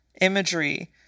imagery